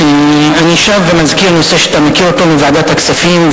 אני שב ומזכיר נושא שאתה מכיר אותו מוועדת הכספים,